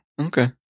Okay